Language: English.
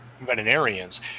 veterinarians